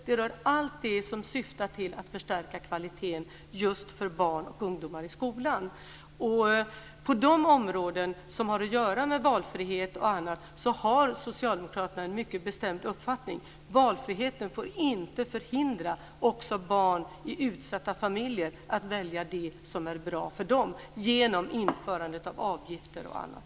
Det rör allt det som syftar till att förstärka kvaliteten just för barn och ungdomar i skolan. På de områden som har att göra med valfrihet har socialdemokraterna en mycket bestämd uppfattning: Valfriheten får inte förhindra barn i utsatta familjer att välja det som är bra för dem genom införandet av avgifter och annat.